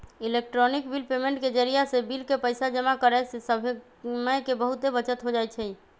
electronic bill payment के जरियासे bill के पइसा जमा करेयसे समय के बहूते बचत हो जाई छै